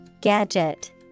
Gadget